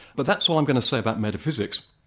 but that's all i'm going to say about metaphysics.